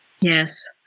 yes